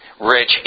rich